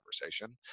conversation